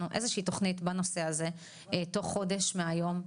איזו שהיא תוכנית בנושא הזה בתוך חודש מהיום,